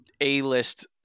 A-list